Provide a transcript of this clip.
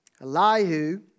Elihu